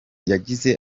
yagize